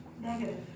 negative